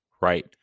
right